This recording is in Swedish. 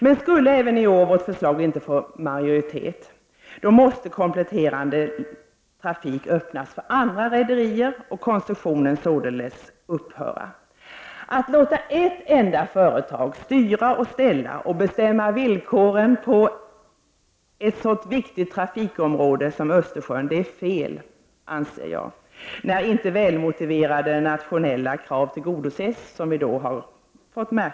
Men skulle vårt förslag inte heller i år får majoritet, måste kompletterande trafik öppnas för rederier och koncessionen således upphöra. Att låta ett enda företag styra och ställa och bestämma villkoren för trafiken på ett så viktigt trafikområde som Östersjön är felaktigt, när inte välmotiverade nationella krav tillgodoses.